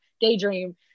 daydream